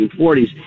1940s